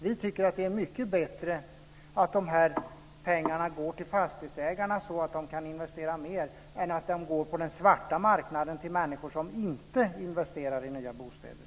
Vi tycker att det är mycket bättre att de här pengarna går till fastighetsägarna så att de kan investera mer, än att de går till den svarta marknaden, till människor som inte investerar i nya bostäder.